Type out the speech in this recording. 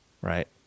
Right